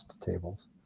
tables